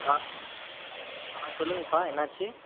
ஆ ஆ சொல்லுங்கப்பா என்னாச்சு